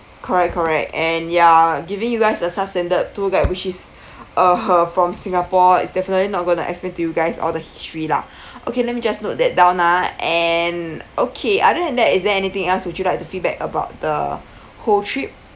correct correct and ya giving you guys a substandard tour guide which is uh err from singapore is definitely not going to explain to you guys all the history lah okay let me just note that down ah and okay other than that is there anything else would you like to feedback about the whole trip